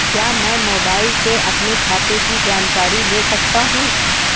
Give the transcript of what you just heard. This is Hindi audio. क्या मैं मोबाइल से अपने खाते की जानकारी ले सकता हूँ?